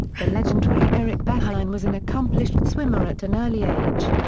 the legendary eric buhain was an accomplished swimmer at an early age.